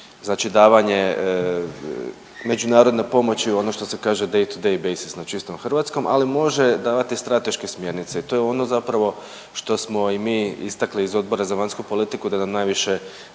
znači davanje međunarodne pomoći ono što se kaže date to date basic na čistom hrvatskom, ali može davati strateške smjernice. I to je ono zapravo što smo i mi istakli iz Odbora za vanjsku politiku da nam najviše nedostaje.